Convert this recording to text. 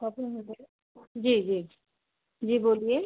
क्या प्रॉब्लेम है बोलिए जी जी जी बोलिए